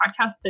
podcast